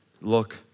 look